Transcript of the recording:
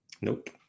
Nope